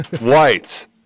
Whites